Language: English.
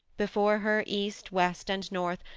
before her, east, west, and north,